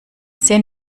sehen